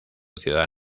ciudad